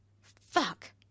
Fuck